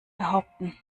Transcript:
behaupten